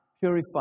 purify